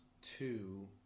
two